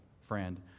friend